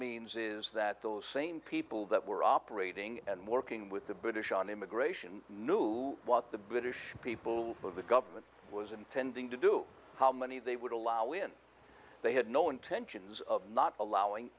means is that those same people that were operating and working with the british on immigration knew what the british people of the government was intending to do how many they would allow in they had no intentions of not allowing